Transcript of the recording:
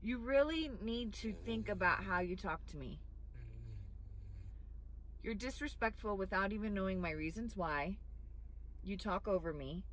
you really need to think about how you talk to me you're disrespectful without even knowing my reasons why you talk over me